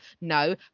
No